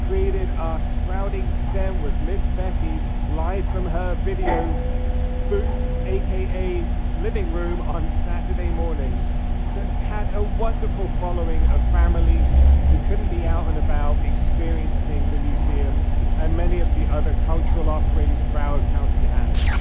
created our sprouting stem with miss becky live from her video booth aka living room on saturday mornings that had a wonderful following of families who couldn't be out and about experiencing the museum and many of the other cultural offerings broward county has.